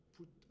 put